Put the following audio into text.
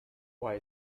what